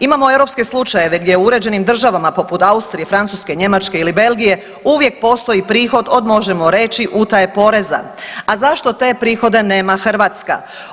Imamo europske slučajeve gdje u uređenim državama poput Austrije, Francuske, Njemačke ili Belgije uvijek postoji prihod od, možemo reći, utaje poreza, a zašto te prihode nema Hrvatska?